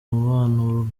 umubano